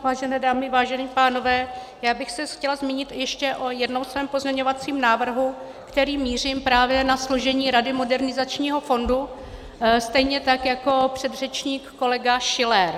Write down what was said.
Vážené dámy, vážení pánové, já bych se chtěla zmínit ještě o jednom svém pozměňovacím návrhu, kterým mířím právě na složení rady modernizačního fondu stejně tak, jako předřečník kolega Schiller.